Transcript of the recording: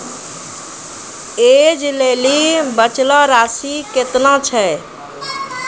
ऐज लेली बचलो राशि केतना छै?